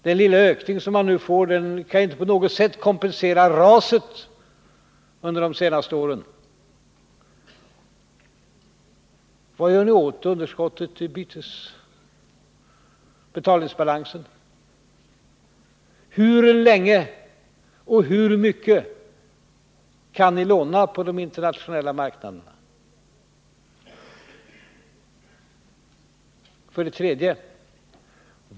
Den lilla ökning man nu får kan inte på något sätt kompensera raset under de senaste åren. Vad gör ni åt underskottet i betalningsbalansen? Hur länge och hur mycket kan ni låna på de internationella marknaderna?